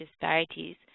disparities